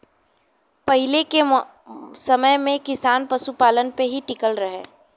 पहिले के समय में किसान पशुपालन पे ही टिकल रहे